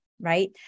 right